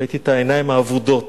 ראיתי את העיניים האבודות,